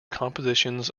compositions